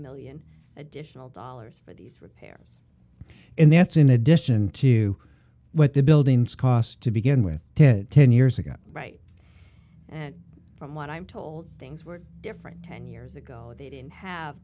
million additional dollars for these repairs and that's in addition to what the buildings cost to begin with ten ten years ago right from what i'm told things were different ten years ago they didn't have